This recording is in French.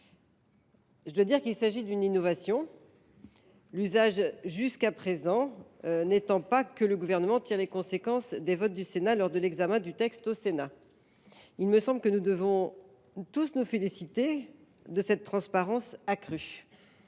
de la CNRACL. Il s’agit d’une innovation, l’usage jusqu’à présent n’étant pas que le Gouvernement tire les conséquences des votes lors de l’examen du texte au Sénat. Nous devons tous nous féliciter de cette transparence accrue.